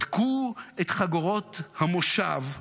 הדקו את חגורות המושב,